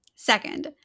Second